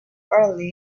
early